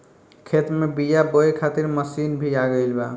खेत में बीआ बोए खातिर मशीन भी आ गईल बा